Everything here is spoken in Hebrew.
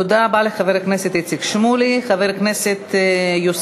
תודה רבה לחבר הכנסת איציק שמולי.